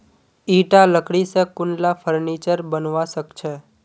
ईटा लकड़ी स कुनला फर्नीचर बनवा सख छ